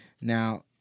Now